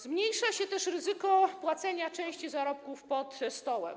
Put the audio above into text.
Zmniejsza się też ryzyko płacenia części zarobków pod stołem.